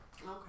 Okay